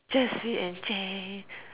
Jessie and James